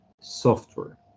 software